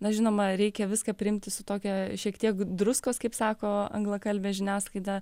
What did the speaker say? na žinoma reikia viską priimti su tokia šiek tiek druskos kaip sako anglakalbė žiniasklaida